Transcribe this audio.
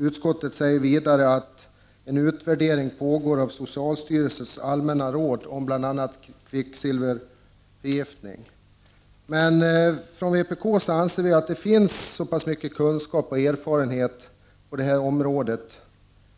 Utskottet säger vidare att ”en utvärdering pågår av socialstyrelsens allmänna råd om bl.a. kvicksilverförgiftning”. Men vi i vpk anser att det finns så pass mycket kunskap och erfarenhet på det här området